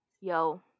yo